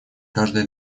каждое